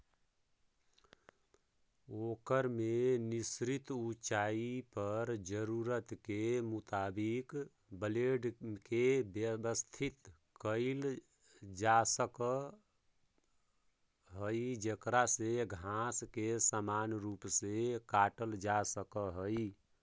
ओकर में निश्चित ऊँचाई पर जरूरत के मुताबिक ब्लेड के व्यवस्थित कईल जासक हई जेकरा से घास के समान रूप से काटल जा सक हई